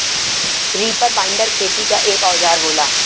reaper binder खेती क एक औजार होला